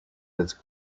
its